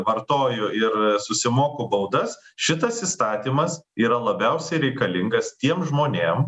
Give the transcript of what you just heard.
vartoju ir susimoku baudas šitas įstatymas yra labiausiai reikalingas tiem žmonėm